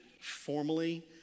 formally